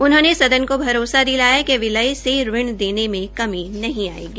उन्होंने सदन को भरोसा दिलाया कि विलय से ऋण देने में कमी नहीं आयेगी